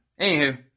Anywho